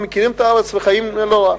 מכירים את הארץ וחיים לא רע.